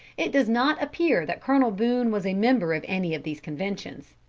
it does not appear that colonel boone was a member of any of these conventions.